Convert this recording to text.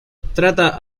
trata